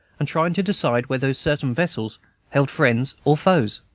and trying to decide whether certain vessels held friends or foes.